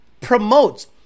promotes